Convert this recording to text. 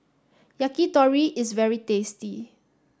Yakitori is very tasty